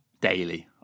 daily